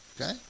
Okay